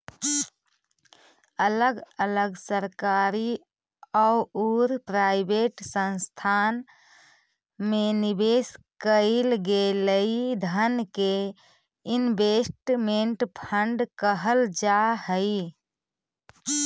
अलग अलग सरकारी औउर प्राइवेट संस्थान में निवेश कईल गेलई धन के इन्वेस्टमेंट फंड कहल जा हई